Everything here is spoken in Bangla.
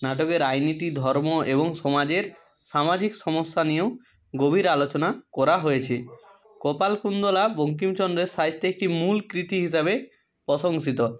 নাটকে রাজনীতি ধর্ম এবং সমাজের সামাজিক সমস্যা নিয়েও গভীর আলোচনা করা হয়েছে কপালকুণ্ডলা বঙ্কিমচন্দের সাহিত্যে একটি মূল কৃতি হিসাবে প্রশংসিত